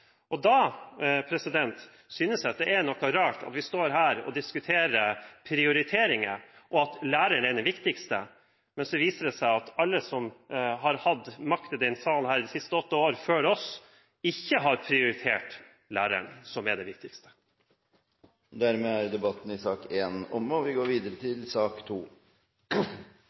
plass da vi tiltrådte. Jeg synes det er noe rart at vi står her og diskuterer prioriteringer og at læreren er det viktigste, når det viser seg at alle som hadde makt i denne salen de siste åtte år før oss, ikke har prioritert læreren – som er det viktigste. Flere har ikke bedt om ordet til sak